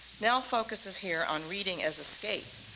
nell focuses here on reading as escape.